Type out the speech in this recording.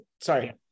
sorry